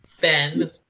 Ben